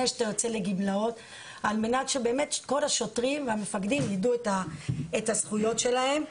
שאתה יוצא לגמלאות על מנת שכל השוטרים והמפקדים ידעו את הזכויות שלהם.